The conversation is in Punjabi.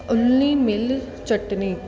ਉੱਲੀ ਮਿਲ ਚੱਟਨੀ